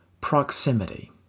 Proximity